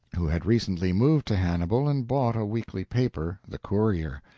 who had recently moved to hannibal and bought a weekly paper, the courier.